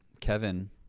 Kevin